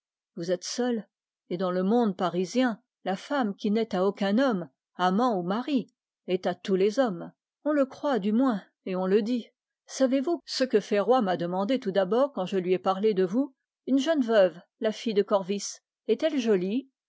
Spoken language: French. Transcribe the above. vous êtes seule et dans le monde parisien la femme qui n'est à aucun homme amant ou mari paraît être à tous les hommes savez-vous ce que ferroy m'a demandé quand je lui ai parlé de vous une jeune veuve la fille de corvis est-elle jolie